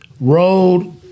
road